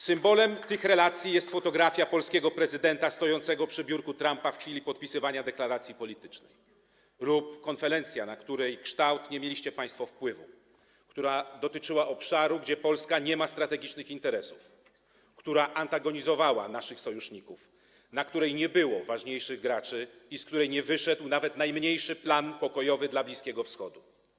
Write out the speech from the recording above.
Symbolem tych relacji jest fotografia polskiego prezydenta stojącego przy biurku Trumpa w chwili podpisywania deklaracji politycznej lub konferencja, na której kształt nie mieliście państwo wpływu, która dotyczyła obszaru, gdzie Polska nie ma strategicznych interesów, która antagonizowała naszych sojuszników, na której nie było ważniejszych graczy i z której nie wyszedł nawet najmniejszy plan pokojowy dla Bliskiego Wschodu.